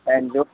दाइनजौ